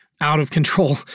out-of-control